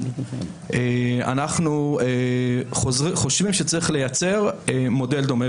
אנחנו חושבים שצריך לייצר מודל דומה,